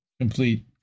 complete